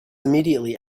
immediately